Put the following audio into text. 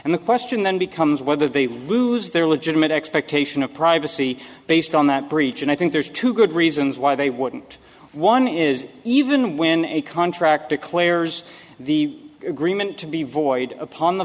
and the question then becomes whether they lose their legitimate expectation of privacy based on that breach and i think there's two good reasons why they wouldn't one is even when a contract declares the agreement to be void upon the